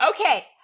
Okay